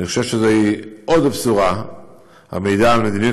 אני חושב שזוהי עוד בשורה המעידה על מדיניות